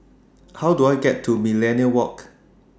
How Do I get to Millenia Walk